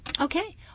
Okay